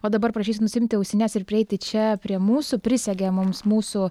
o dabar prašysiu nusiimti ausines ir prieiti čia prie mūsų prisegė mums mūsų